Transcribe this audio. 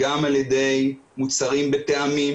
גם על ידי מוצרים בטעמים,